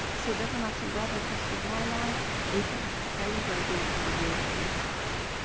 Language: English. so it doesn't matter where they cross the y line if they have same gradient? they will be parallel?